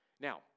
Now